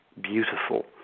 beautiful